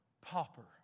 pauper